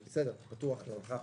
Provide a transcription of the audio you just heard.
בסדר, אני פתוח בנושא.